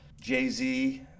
Jay-Z